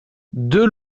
deux